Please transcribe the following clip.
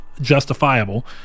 justifiable